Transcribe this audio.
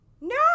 No